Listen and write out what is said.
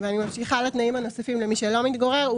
ואני ממשיכה לתנאים הנוספים למי שלא מתגורר.